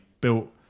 built